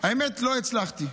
אבל האמת, לא הצלחתי.